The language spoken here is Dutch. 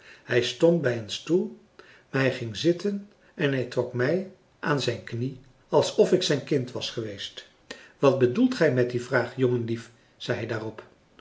hij stond bij een stoel maar hij ging zitten en hij trok mij aan zijn knie alsof ik zijn kind was geweest wat bedoelt gij met die vraag jongenlief zei hij daarop